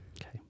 Okay